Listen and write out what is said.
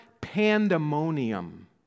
pandemonium